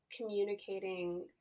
communicating